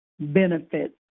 Benefits